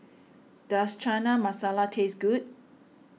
does Chana Masala taste good